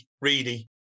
Reedy